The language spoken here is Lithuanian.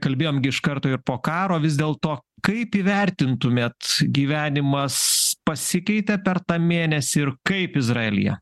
kalbėjom gi iš karto ir po karo vis dėl to kaip įvertintumėt gyvenimas pasikeitė per tą mėnesį ir kaip izraelyje